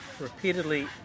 repeatedly